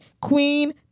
queen